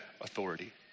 authority